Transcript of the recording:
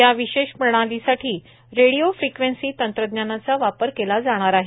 या विशे ा प्रणालीसाठी रेडिओ फ्रिक्वेन्सी तंत्रज्ञानाचा वापर केला जाणार आहे